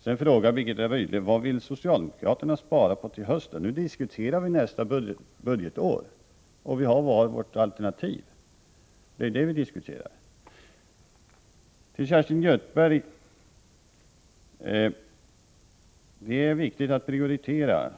Sedan frågar Birgitta Rydle vad socialdemokraterna vill spara på till hösten. Nu diskuterar vi nästa budgetår, och i betänkandet har redovisats partiernas alternativ — det är det vi diskuterar. Kerstin Göthberg säger beträffande den samlade skoldagen att det är viktigt att prioritera